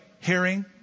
hearing